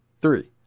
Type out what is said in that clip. three